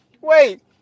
wait